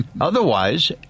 Otherwise